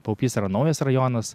paupys yra naujas rajonas